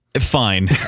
Fine